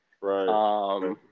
Right